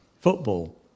Football